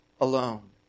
alone